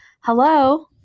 Hello